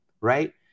right